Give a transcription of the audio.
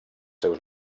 seus